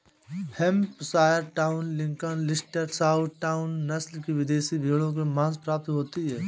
Hampshire down, Lincoln, Leicester, Southdown, नस्ल की विदेशी भेंड़ों से माँस प्राप्ति होती है